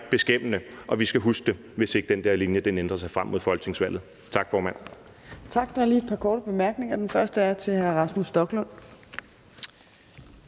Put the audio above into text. beskæmmende, og vi skal huske det, hvis ikke den der linje ændrer sig frem mod folketingsvalget. Tak, formand.